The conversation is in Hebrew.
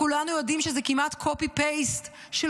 כשכולנו יודעים שזה כמעט copy paste של